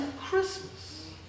Christmas